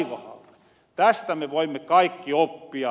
tästä me voimme kaikki oppia